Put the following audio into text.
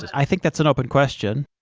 i think that's an open question.